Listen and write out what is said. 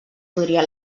podria